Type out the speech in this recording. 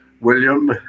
William